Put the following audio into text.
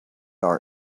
our